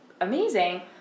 amazing